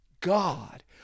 God